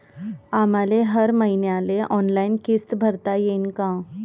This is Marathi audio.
आम्हाले हर मईन्याले ऑनलाईन किस्त भरता येईन का?